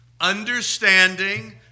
understanding